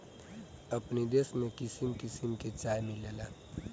अपनी देश में किसिम किसिम के चाय मिलेला